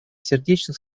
сердечно